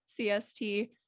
CST